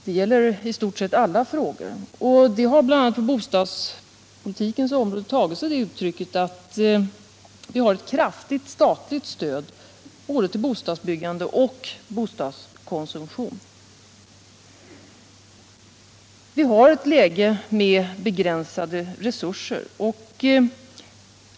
Det gäller i stort sett alla frågor. Det har bl.a. på bostadspolitikens område tagit sig det uttrycket att vi har ett kraftigt statligt stöd både till bostadsbyggande och bostadskonsumtion. Vi har ett läge med begränsade resurser.